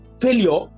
failure